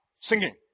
singing